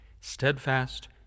steadfast